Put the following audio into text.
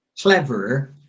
cleverer